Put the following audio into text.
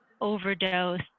overdose